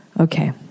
Okay